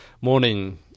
morning